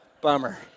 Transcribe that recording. bummer